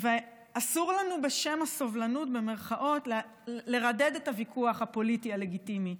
אסור לנו "בשם הסובלנות" לרדד את הוויכוח הפוליטי הלגיטימי,